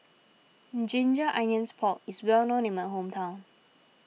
Ginger Onions Pork is well known in my hometown